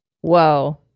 Whoa